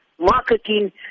marketing